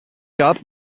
gab